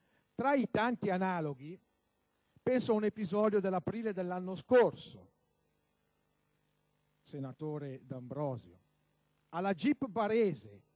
Tra i tanti analoghi penso ad un episodio dell'aprile dell'anno scorso, senatore D'Ambrosio, e alla GIP barese